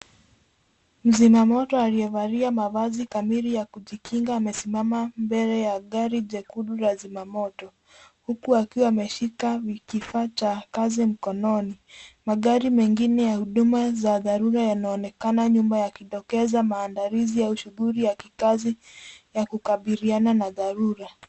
Mzimamoto aliyevalia mavazi kamili ya kujikinga amesimama mbele ya gari jekundu la zimamoto. Huku akiwa ameshika kifaa cha kazi mkononi. Magari mengine ya huduma za dharura yanaonekana nyuma yakidokeza maandalizi au shughuli ya kikazi ya kukabiliana na dharura.